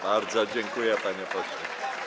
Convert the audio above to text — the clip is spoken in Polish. Bardzo dziękuję, panie pośle.